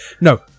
no